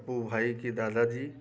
वह भाई के दादा जी